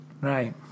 Right